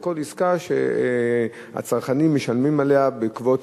זה כל עסקה שהצרכנים משלמים עליה בעקבות